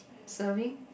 serving